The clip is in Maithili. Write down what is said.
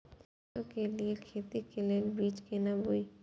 सरसों के लिए खेती के लेल बीज केना बोई?